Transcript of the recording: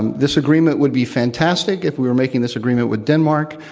and this agreement would be fantastic if we were making this agreement with denmark,